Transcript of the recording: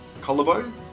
collarbone